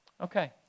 Okay